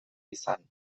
izan